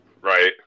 Right